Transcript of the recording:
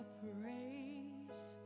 praise